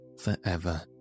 forever